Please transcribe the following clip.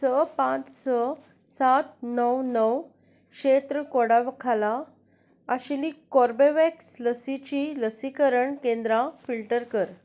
स पांच स सात णव णव क्षेत्र कोडा खाला आशिल्लीं कोर्बेवॅक्स लसीचीं लसीकरण केंद्रा फिल्टर कर